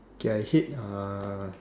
okay I hate uh